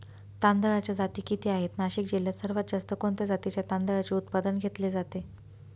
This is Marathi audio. तांदळाच्या जाती किती आहेत, नाशिक जिल्ह्यात सर्वात जास्त कोणत्या जातीच्या तांदळाचे उत्पादन घेतले जाते?